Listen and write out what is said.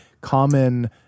common